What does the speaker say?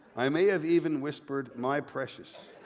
i may have even whispered my precious.